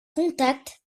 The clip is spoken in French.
contact